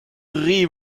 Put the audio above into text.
ris